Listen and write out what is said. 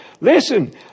Listen